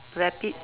rabbit